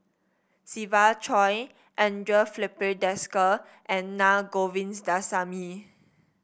Siva Choy Andre Filipe Desker and Na Govindasamy